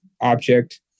object